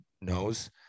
knows